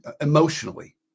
emotionally